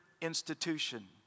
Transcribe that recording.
institution